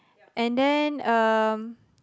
and then um